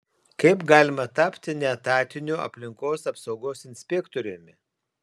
kaip galima tapti neetatiniu aplinkos apsaugos inspektoriumi